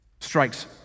strikes